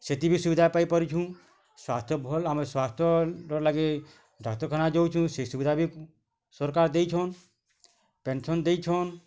ସେଇଠି ବି ସୁବିଧା ପାଇଁ ପାରୁଛୁ ସ୍ଵାସ୍ଥ୍ୟ ଭଲ୍ ଆମର୍ ସ୍ଵାସ୍ଥ୍ୟ ର ଲାଗି ଡାକ୍ତରଖାନା ଯାଉଛୁ ସେ ସୁବିଧା ବି ସରକାର୍ ଦେଇଛନ୍ ପେନସନ୍ ଦେଇଛନ୍